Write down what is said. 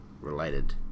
related